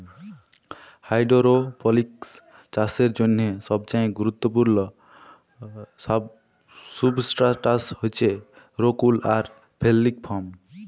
hydroponics চাষের জ্যনহে সবচাঁয়ে গুরুত্তপুর্ল সুবস্ট্রাটাস হছে রোক উল আর ফেললিক ফম